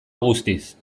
guztiz